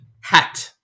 Hat